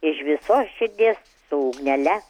iš visos širdies su ugnele